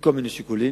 מכל מיני שיקולים,